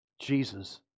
Jesus